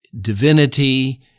divinity